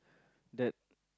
that